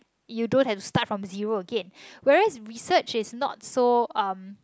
you don't have start from zero again wheres research is not so um